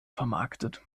vermarktet